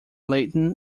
latin